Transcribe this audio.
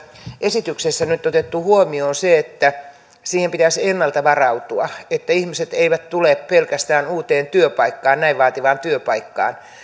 esityksessä nyt otettu huomioon se että siihen pitäisi ennalta varautua niin että ihmiset eivät tule pelkästään uuteen työpaikkaan näin vaativaan työpaikkaan jossa